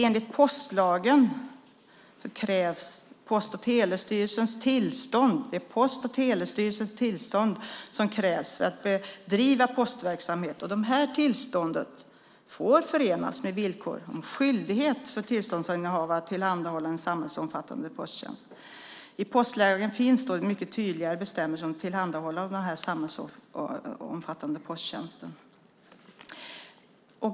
Enligt postlagen krävs Post och telestyrelsens tillstånd för att bedriva postverksamhet. Det tillståndet får förenas med villkor om skyldighet för tillståndsinnehavare att tillhandahålla en samhällsomfattande posttjänst. I postlagen finns mycket tydliga bestämmelser om tillhandahållande av den här samhällsomfattande posttjänsten.